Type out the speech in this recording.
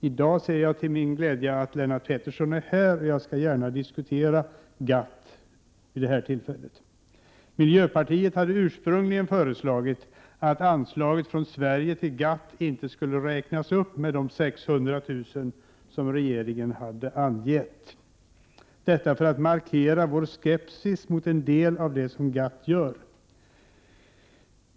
I dag ser jag med glädje att Lennart Pettersson är här, och jag skall med glädje diskutera GATT med honom vid detta tillfälle. Miljöpartiet hade ursprungligen föreslagit att anslaget till GATT inte skulle räknas upp med de 600 000 kr. som regeringen hade föreslagit — detta för att markera vår skepsis mot en del av det som GATT gör.